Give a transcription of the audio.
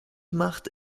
macht